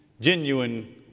Genuine